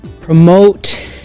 promote